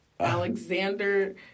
Alexander